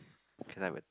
cause I would